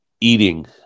eating